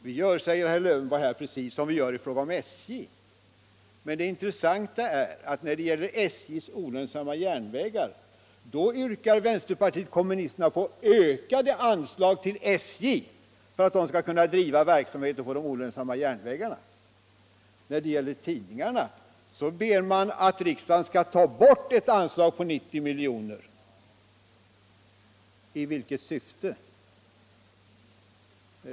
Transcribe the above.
Vi gör i detta fall precis som när det gäller SJ, sade herr Lövenborg. Det intressanta är ju att vänsterpartiet kommunisterna yrkar på ökade anslag till SJ för att företaget skall kunna driva verksamheten på de olönsamma järnvägarna, men beträffande tidningarna ber man att riksdagen skall ta bort ett anslag på 90 milj.kr. I vilket syfte?